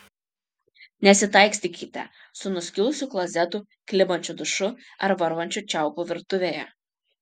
nesitaikstykite su nuskilusiu klozetu klibančiu dušu ar varvančiu čiaupu virtuvėje